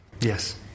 Yes